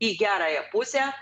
į gerąją pusę